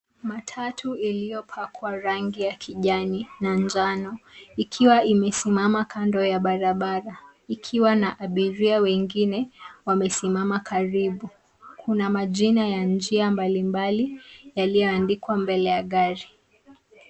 Matatu iliyopakwa rangi ya kijani na njano ikiwa imesimama kando ya barabara ,ikiwa na abiria wengine wamesimama karibu kuna majina ya njia mbalimbali yaliyoandikwa mbele ya gari.